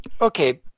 Okay